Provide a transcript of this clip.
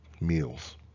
meals